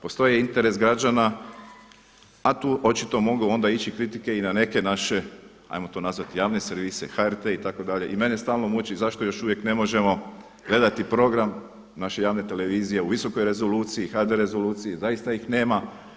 Postoji interes građana, a tu očito mogu ići onda kritike i na neke naše ajmo to nazvati javne servise, HRT itd. i mene stalno muči zašto još uvijek ne možemo gledati program naše javne televizije u visokoj rezoluciji HD rezoluciji, zaista ih nema.